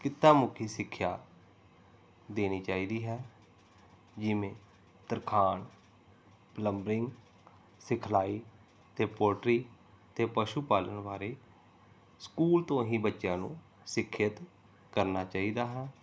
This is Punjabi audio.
ਕਿੱਤਾ ਮੁਖੀ ਸਿੱਖਿਆ ਦੇਣੀ ਚਾਹੀਦੀ ਹੈ ਜਿਵੇਂ ਤਰਖਾਣ ਪਲੰਬਰਿੰਗ ਸਿਖਲਾਈ ਅਤੇ ਪੋਲਟਰੀ ਅਤੇ ਪਸ਼ੂ ਪਾਲਣ ਬਾਰੇ ਸਕੂਲ ਤੋਂ ਹੀ ਬੱਚਿਆਂ ਨੂੰ ਸਿੱਖਿਅਤ ਕਰਨਾ ਚਾਹੀਦਾ ਹੈ